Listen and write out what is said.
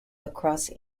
across